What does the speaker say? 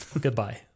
goodbye